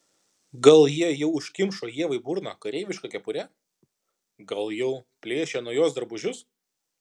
gal jie jau užkimšo ievai burną kareiviška kepure gal jau plėšia nuo jos drabužius